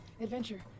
Adventure